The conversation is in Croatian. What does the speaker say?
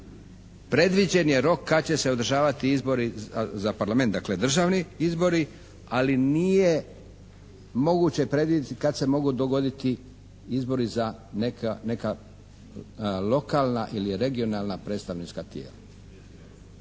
predviđen je rok kad će se održavati izbori za parlament, dakle državni izbori ali nije moguće predvidjeti kad se mogu dogoditi izbori za neka lokalna ili regionalna predstavnička tijela.